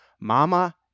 mama